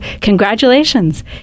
congratulations